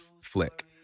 flick